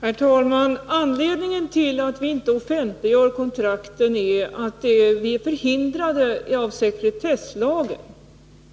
Herr talman! Anledningen till att vi inte offentliggör kontrakten är att vi är förhindrade att göra det av sekretesslagen.